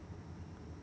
okay